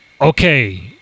Okay